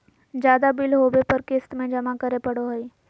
ज्यादा बिल होबो पर क़िस्त में जमा करे पड़ो हइ